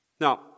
Now